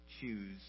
choose